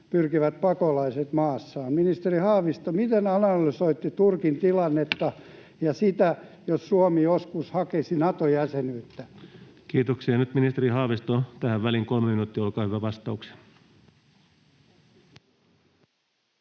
pyrkivät pakolaiset maassaan. Ministeri Haavisto, miten analysoitte Turkin tilannetta ja sitä, jos Suomi joskus hakisi Nato-jäsenyyttä? Kiitoksia. — Nyt ministeri Haavisto tähän väliin, kolme minuuttia vastauksia,